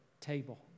table